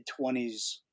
20s